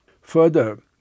Further